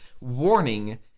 Warning